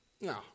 No